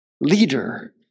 leader